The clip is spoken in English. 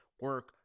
Work